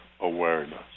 awareness